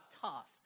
tough